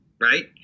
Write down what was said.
right